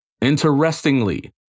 Interestingly